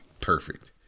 Perfect